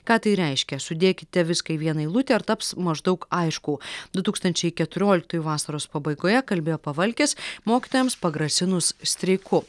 ką tai reiškia sudėkite viską į vieną eilutę ar taps maždaug aišku du tūkstančiai ketrioliktųjų vasaros pabaigoje kalbėjo pavalkis mokytojams pagrasinus streiku